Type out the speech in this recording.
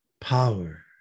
power